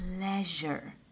pleasure